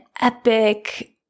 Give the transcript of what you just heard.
epic